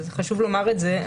חשוב לומר את זה.